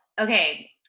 okay